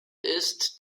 ist